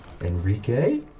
Enrique